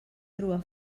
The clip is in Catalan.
trobar